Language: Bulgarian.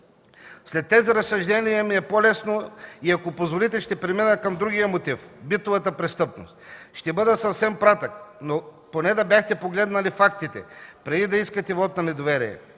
След тези разсъждения ми е по-лесно и ако позволите, ще премина към другия мотив – битовата престъпност. Ще бъда съвсем кратък, но поне да бяхте погледнали фактите, преди да искате вот на недоверие,